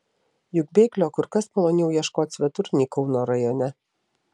juk bėglio kur kas maloniau ieškoti svetur nei kauno rajone